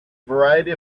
variety